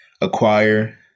acquire